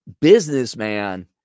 businessman